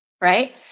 Right